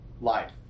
life